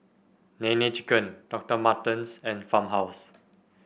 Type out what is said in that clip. Nene Chicken Docter Martens and Farmhouse